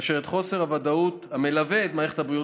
כאשר חוסר הוודאות המלווה את מערכת הבריאות